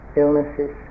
illnesses